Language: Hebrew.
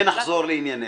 ונחזור לענייננו.